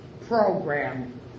program